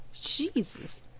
Jesus